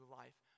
life